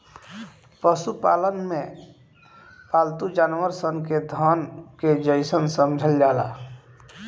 पशुपालन में पालतू जानवर सन के धन के जइसन समझल जाला